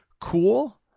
cool